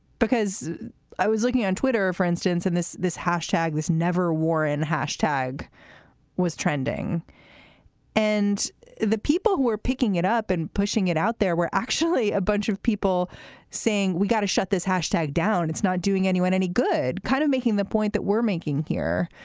because i was looking on twitter, for instance, and this this hashtag was never war and hashtag was trending and the people were picking it up and pushing it out. there were actually a bunch of people saying, we've got to shut this hashtag down. it's not doing anyone any good. kind of making the point that we're making here,